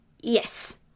Yes